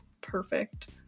perfect